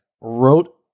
wrote